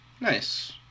nice